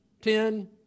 ten